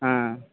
ହଁ